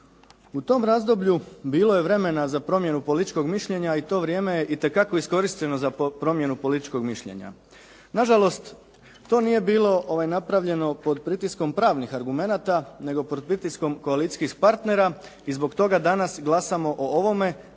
U tom razdoblju bilo je vremena za promjenu političkog mišljenja i to vrijeme je itekako iskorišteno za promjenu političkog mišljenja. Na žalost, to nije bilo napravljeno pod pritiskom pravnih argumenata, nego pod pritiskom koalicijskih partnera i zbog toga danas glasamo o ovome,